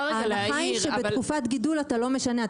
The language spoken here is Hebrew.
ההנחה היא שבתקופת גידול אתה לא משנה,